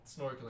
snorkeling